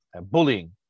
bullying